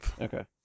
Okay